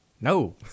No